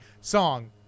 Song